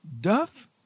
Duff